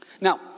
Now